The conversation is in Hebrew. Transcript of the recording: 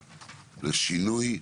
לשינוי.